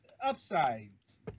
upsides